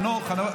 חנוך.